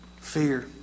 fear